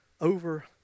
over